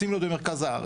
הם רוצים להיות במרכז הארץ,